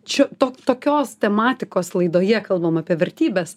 čia to tokios tematikos laidoje kalbam apie vertybes